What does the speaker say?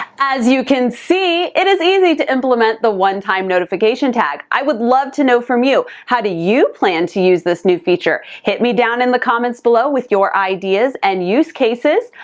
as you can see, it is easy to implement the one-time notification tag. i would love to know from you, how do you plan to use this new feature? hit me down in the comments below with your ideas, and use cases,